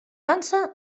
dansa